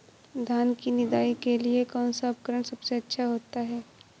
धान की निदाई के लिए कौन सा उपकरण सबसे अच्छा होता है?